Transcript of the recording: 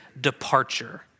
departure